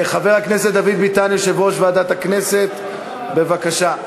חבר הכנסת דוד ביטן, יושב-ראש ועדת הכנסת, בבקשה.